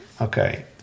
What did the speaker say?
okay